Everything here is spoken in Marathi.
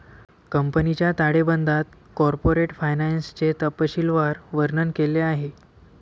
कंपनीच्या ताळेबंदात कॉर्पोरेट फायनान्सचे तपशीलवार वर्णन केले आहे